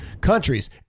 countries